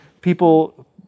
people